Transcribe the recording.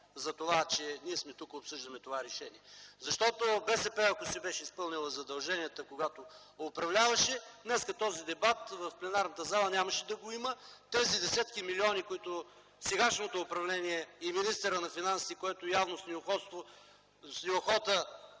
за това че ние сме тук и обсъждаме това решение. Защото БСП, ако си беше изпълнила задълженията, когато управляваше, днес този дебат в пленарната зала нямаше да го има. Тези десетки милиони, които сегашното управление и министърът на финансите явно с неохота